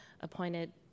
appointed